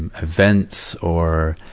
and events or,